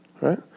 right